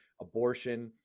abortion